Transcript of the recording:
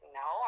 no